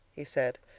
he said,